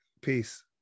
Peace